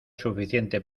suficiente